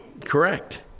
correct